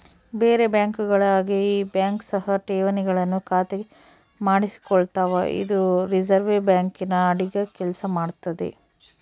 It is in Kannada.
ಬೇರೆ ಬ್ಯಾಂಕುಗಳ ಹಾಗೆ ಈ ಬ್ಯಾಂಕ್ ಸಹ ಠೇವಣಿಗಳನ್ನು ಖಾತೆಗೆ ಮಾಡಿಸಿಕೊಳ್ತಾವ ಇದು ರಿಸೆರ್ವೆ ಬ್ಯಾಂಕಿನ ಅಡಿಗ ಕೆಲ್ಸ ಮಾಡ್ತದೆ